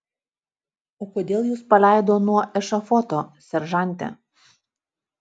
o kodėl jus paleido nuo ešafoto seržante